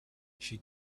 she